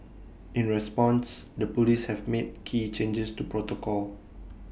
in response the Police have made key changes to protocol